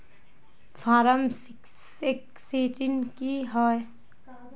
Form sixteen की होय?